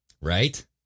Right